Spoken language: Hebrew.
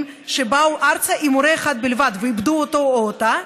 שבאו ארצה עם הורה אחד בלבד ואיבדו אותו או אותה,